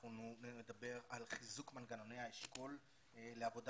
אנחנו נדבר על חיזוק מנגנוני האשכול לעבודה